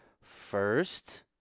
First